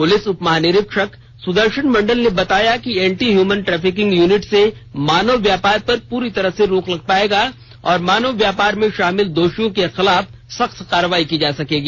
police उपमहानिरीक्षक सुदर्शन मंडल ने बताया कि एंटी हयुमन टेफिकिंग यूनिट से मानव व्यापार पर पूरी तरह रोक लग पाएगा और मानव व्यापार में शामिल दोषियों के खिलाफ सख्त कार्रवाई की जा सकेगी